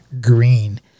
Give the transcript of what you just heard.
Green